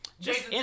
Jason